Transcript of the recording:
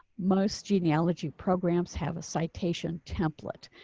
most genealogy programs have a citation template.